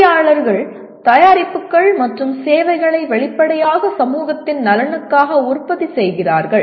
பொறியாளர்கள் தயாரிப்புகள் மற்றும் சேவைகளை வெளிப்படையாக சமூகத்தின் நலனுக்காக உற்பத்தி செய்கிறார்கள்